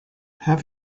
have